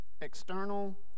external